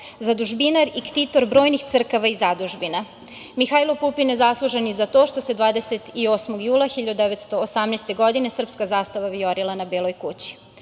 zadužbinar i ktitor brojnih crkava i zadužbina. Mihajlo Pupin je zaslužan i za to što se 28. jula 1918. godina srpska zastava vijorila na Beloj Kući.